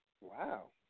wow